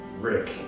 Rick